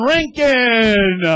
Rankin